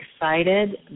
excited